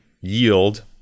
yield